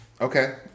Okay